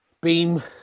beam